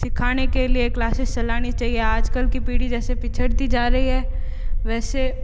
सिखाने के लिए क्लासेस चलनी चाहिए आज कल की पीढ़ी जैसे पिछड़ती जा रही है वैसे